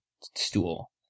stool